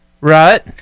Right